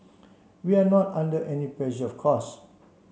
we are not under any pressure of course